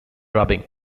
rubbing